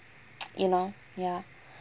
இன்னும்:innum ya